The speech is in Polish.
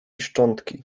szczątki